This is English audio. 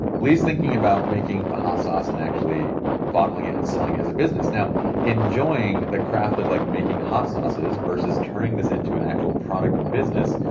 lee's thinking about making a hot sauce and actually bottling it, and selling it as a business. now enjoying the craft of like making hot sauces, versus turning this into an actual product and business,